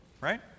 right